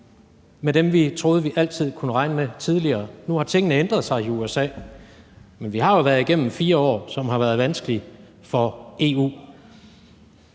med dem, vi tidligere troede vi altid kunne regne med. Nu har tingene ændret sig i USA, men vi har jo været igennem 4 år, som har været vanskelige for EU.